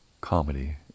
Comedy